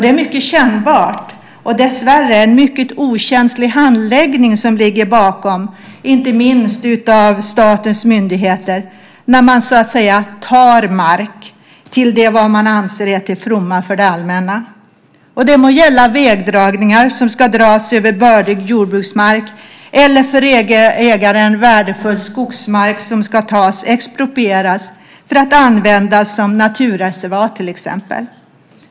Det är mycket kännbart och dessvärre en mycket okänslig handläggning som ligger bakom, inte minst av statens myndigheter, när man tar mark till vad som man anser är till det fromma för det allmänna. Det må gälla vägar som ska dras över bördig jordbruksmark eller för ägaren värdefull skogsmark som tas, exproprieras, för att användas som till exempel naturreservat.